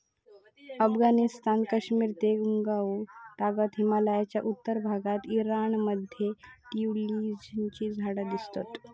अफगणिस्तान, कश्मिर ते कुँमाउ तागत हिमलयाच्या उत्तर भागात ईराण मध्ये ट्युलिपची झाडा दिसतत